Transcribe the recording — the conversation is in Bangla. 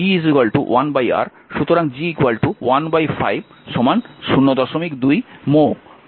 সুতরাং G 1 5 02 mho